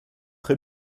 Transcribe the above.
très